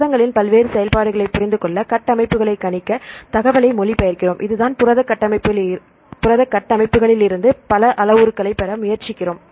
புரதங்களின் பல்வேறு செயல்பாடுகளைப் புரிந்துகொள்ள கட்டமைப்புகளைக் கணிக்க தகவலை மொழிபெயர்க்கிறோம் இதுதான் புரத கட்டமைப்புகளிலிருந்து பல அளவுருக்களைப் பெற முயற்சிக்கிறோம்